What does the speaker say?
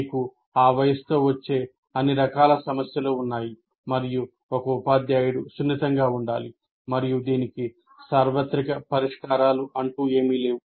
మీకు ఆ వయస్సుతో వచ్చే అన్ని రకాల సమస్యలు ఉన్నాయి మరియు ఒక ఉపాధ్యాయుడు సున్నితంగా ఉండాలి మరియు దీనికి సార్వత్రిక పరిష్కారాలు లేవు